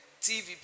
TV